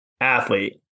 athlete